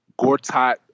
Gortat